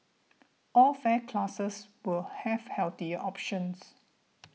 all fare classes will have healthier options